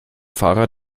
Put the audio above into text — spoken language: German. fahrer